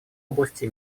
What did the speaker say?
области